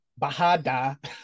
bahada